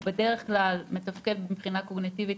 הוא בדרך כלל מתפקד מבחינה קוגניטיבית